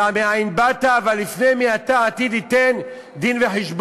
דע מאין באת ולפני מי אתה עתיד ליתן דין-וחשבון.